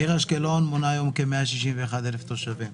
העיר אשקלון מונה היום כ-161,000 תושבים.